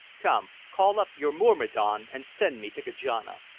come, call up your myrmidon and send me to kajana.